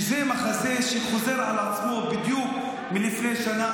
אני מרגיש שזה מחזה שחוזר על עצמו בדיוק מלפני שנה,